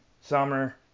summer